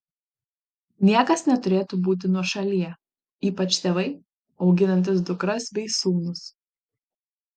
niekas neturėtų būti nuošalyje ypač tėvai auginantys dukras bei sūnus